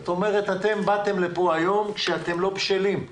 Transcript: באתם לכאן היום לא בשלים,